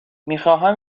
میخواستم